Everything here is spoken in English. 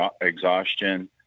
exhaustion